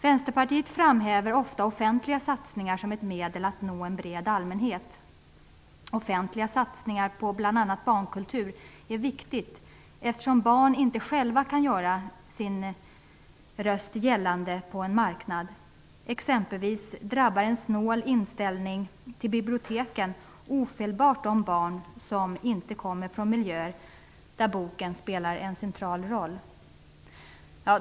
Vänsterpartiet framhäver ofta offentliga satsningar som ett medel för att nå en bred allmänhet. Offentliga satsningar på bl.a. barnkultur är viktiga eftersom barn inte själva kan göra sin röst gällande på en marknad. Exempelvis drabbar en snål inställning till biblioteken ofelbart de barn som inte kommer från miljöer där boken spelar en central roll.